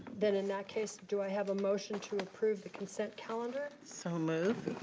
then in that case, do i have a motion to approve the consent calendar? so moved.